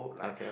okay